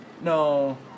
No